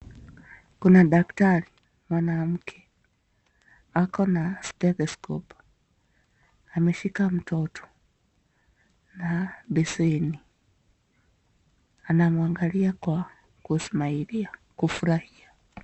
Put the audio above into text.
Kuna daktari mwanamke, akona stethescope , ameshika mtoto na beseni, anamwangalia kwa kusmilia kufurahia.